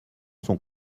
son